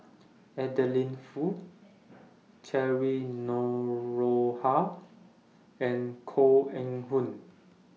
Adeline Foo Cheryl Noronha and Koh Eng Hoon